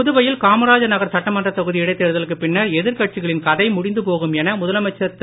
புதுவையில் காமராஜர் நகர் சட்டமன்றத் தொகுதி இடைத் தேர்தலுக்குப் பின்னர் எதிர் கட்சிகளின் கதை முடிந்து போகும் என முதலமைச்சர் திரு